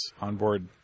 onboard